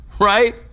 Right